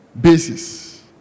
basis